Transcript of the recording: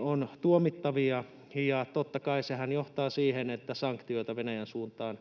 ovat tuomittavia, ja totta kai sehän johtaa siihen, että sanktioita Venäjän suuntaan